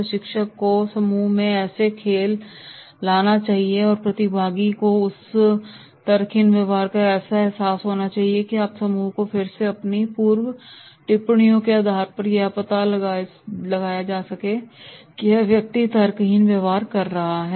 प्रशिक्षक को समूह में ऐसे खेल लाना चाहिए ताकि प्रतिभागी को उसके तर्कहीन व्यवहार का एहसास हो और आप समूह को फिर से अपनी पूर्व टिप्पणियों के आधार पर यह पता चले की हाँ जो कि यह व्यक्ति है तर्कहीन व्यवहार कर रहा है